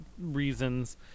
reasons